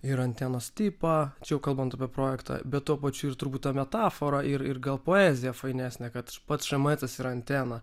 ir antenos tipą čia jau kalbant apie projektą bet tuo pačiu ir turbūt ta metafora ir gal poezija fainesnė kad pats šmetsas yra antena